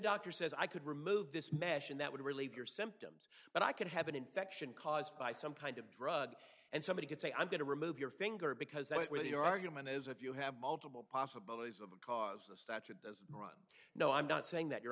doctor says i could remove this mesh and that would relieve your symptoms but i could have an infection caused by some kind of drug and somebody could say i'm going to remove your finger because that's where the argument is if you have multiple possibilities of a cause the statute does run no i'm not saying that you're